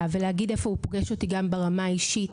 ולהגיד איפה הוא פוגש איתי גם ברמה האישית,